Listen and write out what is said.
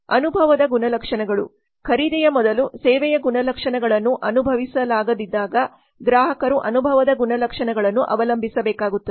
ಅನುಭವದ ಗುಣಲಕ್ಷಣಗಳು ಖರೀದಿಯ ಮೊದಲು ಸೇವೆಯ ಗುಣಲಕ್ಷಣಗಳನ್ನು ಅನುಭವಿಸಲಾಗದಿದ್ದಾಗ ಗ್ರಾಹಕರು ಅನುಭವದ ಗುಣಲಕ್ಷಣಗಳನ್ನು ಅವಲಂಬಿಸಬೇಕಾಗುತ್ತದೆ